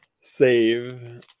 save